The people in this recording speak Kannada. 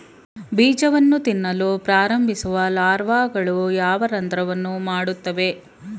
ಬೀಜವನ್ನು ತಿನ್ನಲು ಪ್ರಾರಂಭಿಸುವ ಲಾರ್ವಾಗಳು ಯಾವ ರಂಧ್ರವನ್ನು ಮಾಡುತ್ತವೆ?